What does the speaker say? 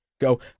go